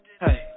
Hey